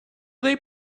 they